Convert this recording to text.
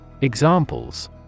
Examples